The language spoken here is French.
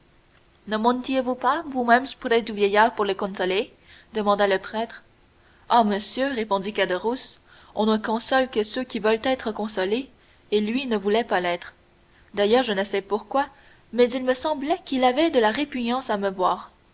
ne montiez vous pas vous-même près du vieillard pour le consoler demanda le prêtre ah monsieur répondit caderousse on ne console que ceux qui veulent être consolés et lui ne voulait pas l'être d'ailleurs je ne sais pourquoi mais il me semblait qu'il avait de la répugnance à me voir